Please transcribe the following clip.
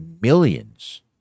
millions